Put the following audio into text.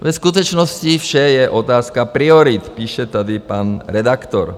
Ve skutečnosti vše je otázka priorit, píše tady pan redaktor.